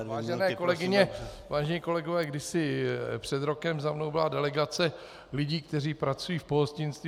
Vážené kolegyně, vážení kolegové, kdysi před rokem za mnou byla delegace lidí, kteří pracují v pohostinství.